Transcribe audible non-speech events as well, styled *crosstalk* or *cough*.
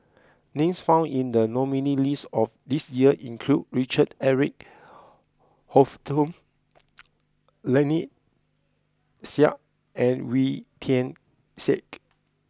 names found in the nominees' list this year include Richard Eric *noise* Holttum *noise* Lynnette Seah and Wee Tian Siak